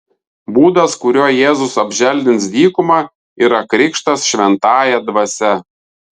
būdas kuriuo jėzus apželdins dykumą yra krikštas šventąja dvasia